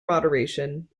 moderation